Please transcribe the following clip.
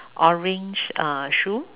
orange uh shoe